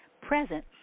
present